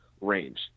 range